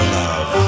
love